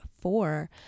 four